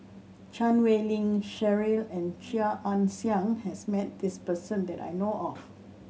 Chan Wei Ling Cheryl and Chia Ann Siang has met this person that I know of